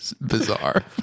Bizarre